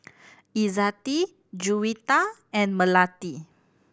Izzati Juwita and Melati